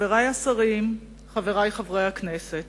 חברי השרים, חברי חברי הכנסת,